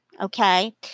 okay